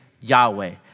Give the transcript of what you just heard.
Yahweh